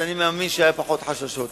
אני מאמין שהיו אז פחות חששות.